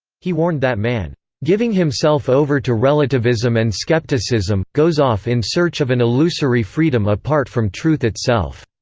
he warned that man giving himself over to relativism and scepticism, goes off in search of an illusory freedom apart from truth itself.